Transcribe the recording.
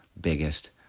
biggest